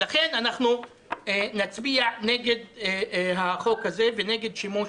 לכן אנחנו נצביע נגד החוק הזה ונגד השימוש